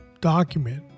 document